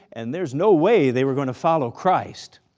and there's no way they were going to follow christ.